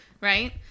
Right